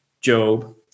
Job